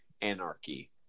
anarchy